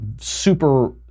super